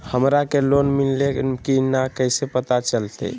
हमरा के लोन मिल्ले की न कैसे पता चलते?